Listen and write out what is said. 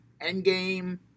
Endgame